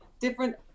different